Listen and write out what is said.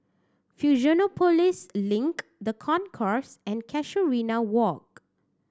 Fusionopolis Link The Concourse and Casuarina Walk